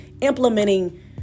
implementing